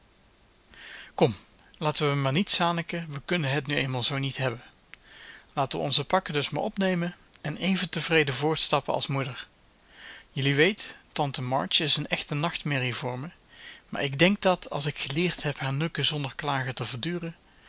kom laten we maar niet zaniken we kunnen het nu eenmaal zoo niet hebben laten we onze pakken dus maar opnemen en even tevreden voorstappen als moeder jullie weet tante march is een echte nachtmerrie voor me maar ik denk dat als ik geleerd heb haar nukken zonder klagen te verduren